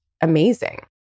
amazing